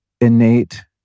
innate